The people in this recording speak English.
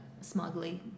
smugly